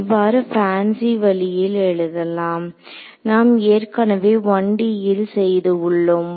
இவ்வாறு ஃபேன்சி வழியில் எழுதலாம் நாம் ஏற்கனவே 1D ல் செய்து உள்ளோம்